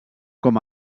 com